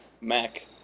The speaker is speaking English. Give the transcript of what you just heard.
Mac